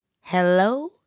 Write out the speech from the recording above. Hello